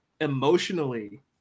emotionally